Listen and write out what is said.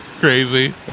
Crazy